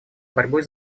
борьбой